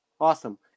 awesome